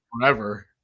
forever